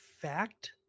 fact